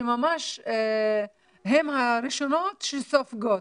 הן הראשונות שסופגות,